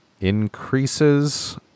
increases